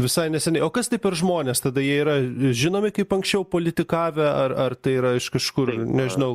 visai neseniai o kas per žmones tada jie yra žinomi kaip anksčiau politikavę ar ar tai yra iš kažkur nežinau